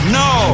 no